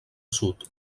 sud